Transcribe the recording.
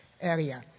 area